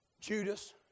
Judas